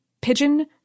pigeon